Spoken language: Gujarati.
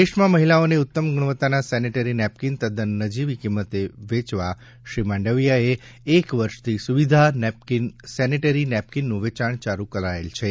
દેશમાં મહિલાઓને ઉત્તમ ગુણવત્તાના સેનેટરી નેપકીન તદન નજીવી કિંમતે વેચવા શ્રી માંડવીયાએ એક વર્ષથી સુવિધા સેન્ટરી નેપકીનનું વેચાણ ચાલુ કરાયેલ છે